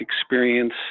experience